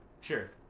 Sure